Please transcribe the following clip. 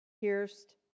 pierced